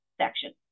section